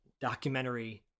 documentary